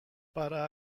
para